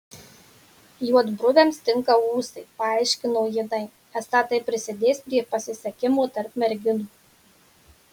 juodbruviams tinka ūsai paaiškino jinai esą tai prisidės prie pasisekimo tarp merginų